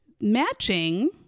matching